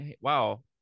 Wow